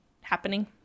happening